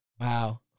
Wow